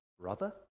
Brother